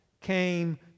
came